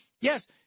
yes